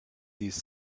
these